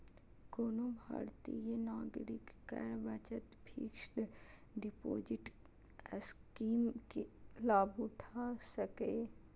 कोनो भारतीय नागरिक कर बचत फिक्स्ड डिपोजिट स्कीम के लाभ उठा सकैए